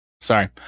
Sorry